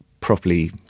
properly